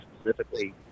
specifically